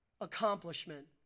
accomplishment